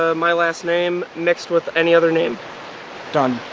ah my last name, mixed with any other name done.